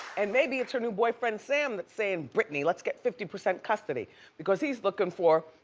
and maybe it's her new boyfriend sam that's saying britney let's get fifty percent custody because he's looking for,